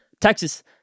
Texas